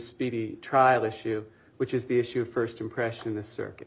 speedy trial issue which is the issue of first impression the circuit